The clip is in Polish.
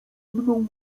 mną